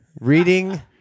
reading